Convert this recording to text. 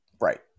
right